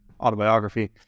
autobiography